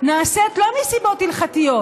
נעשית לא מסיבות הלכתיות,